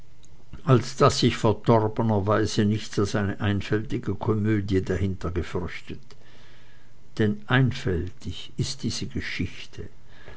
als daß ich verdorbenerweise nichts als eine einfältige komödie dahinter gefürchtet denn einfältig ist die geschichte